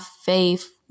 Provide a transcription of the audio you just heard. faith